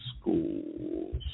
Schools